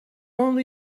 only